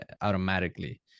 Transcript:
automatically